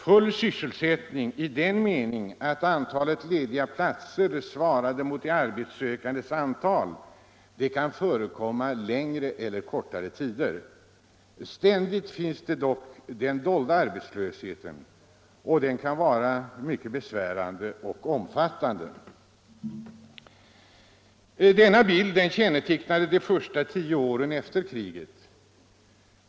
Full sysselsättning i den meningen att antalet lediga platser som svarar mot de arbetssökandes antal kan förekomma längre eller kortare tider. Ständigt finns dock den dolda arbetslösheten, som kan vara mycket besvärande och omfattande. Denna bild kännetecknade de första 10-15 åren efter kriget.